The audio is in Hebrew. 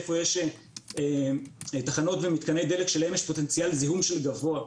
איפה יש תחנות ומתקני דלק שלהם יש פוטנציאל זיהום גבוה,